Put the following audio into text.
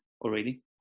already